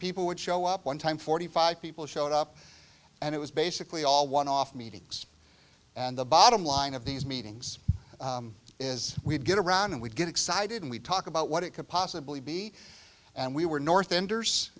people would show up one time forty five people showed up and it was basically all one off meetings and the bottom line of these meetings is we'd get around and we'd get excited and we'd talk about what it could possibly be and we were north enders